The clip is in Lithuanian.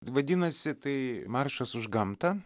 vadinasi tai maršas už gamtą